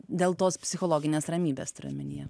dėl tos psichologinės ramybės turiu omenyje